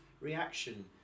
reaction